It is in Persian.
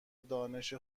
دانش